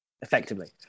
effectively